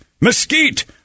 mesquite